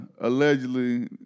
allegedly